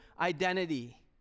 identity